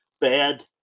bad